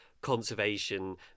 conservation